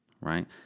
Right